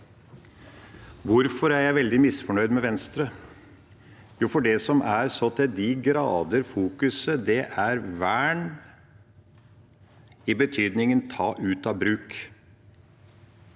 Hvorfor er jeg veldig misfornøyd med Venstre? Jo, fordi det som er så til de grader i fokus, er vern i betydningen å ta ut av bruk.